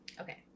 Okay